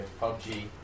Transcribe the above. PUBG